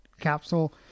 capsule